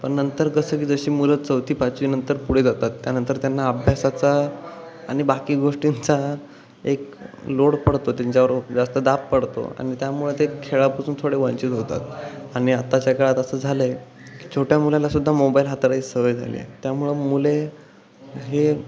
पण नंतर कसं की जशी मुलं चौथी पाचवीनंतर पुढे जातात त्यानंतर त्यांना अभ्यासाचा आणि बाकी गोष्टींचा एक लोड पडतो त्यांच्यावर जास्त दाब पडतो आणि त्यामुळं ते खेळापासून थोडे वंचित होतात आणि आत्ताच्या काळात असं झालं आहे छोट्या मुलाला सुद्धा मोबाईल हाताराय सवय झाली आहे त्यामुळं मुले हे